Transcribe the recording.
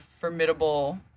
formidable